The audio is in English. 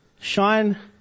Shine